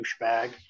douchebag